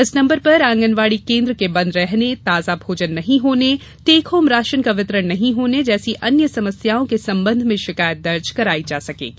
इस नंबर पर आंगनबाडी केन्द्र के बंद रहने ताजा भोजन नहीं होने टेकहोम राशन का वितरण नही होने जैसी अन्य समस्याओं के संबंध में शिकायत दर्ज करायी जा सकेगी